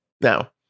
Now